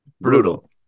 Brutal